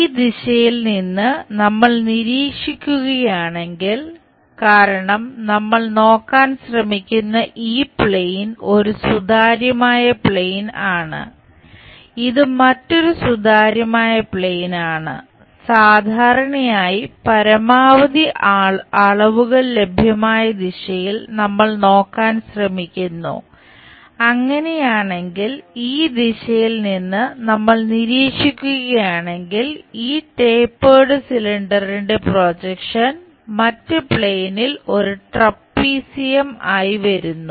ഈ ദിശയിൽ നിന്ന് നമ്മൾ നിരീക്ഷിക്കുകയാണെങ്കിൽ കാരണം നമ്മൾ നോക്കാൻ ശ്രമിക്കുന്ന ഈ പ്ലെയിൻ ആയി വരുന്നു